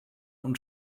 und